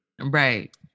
right